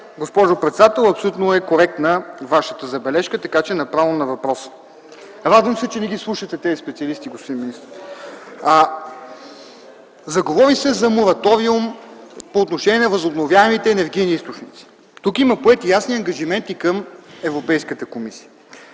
госпожо председател. Абсолютно е коректна Вашата забележка, така че направо на въпроса. Радвам се, че не ги слушате тези специалисти, господин министър. Заговори се за мораториум по отношение на възобновяемите енергийни източници. Тук има поети ясни ангажименти към Европейската комисия.